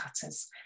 cutters